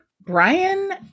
Brian